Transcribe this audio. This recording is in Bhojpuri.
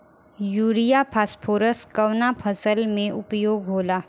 युरिया फास्फोरस कवना फ़सल में उपयोग होला?